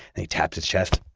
and he tapped his chest,